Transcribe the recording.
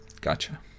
Gotcha